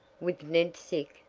with ned sick,